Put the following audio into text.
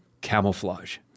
camouflage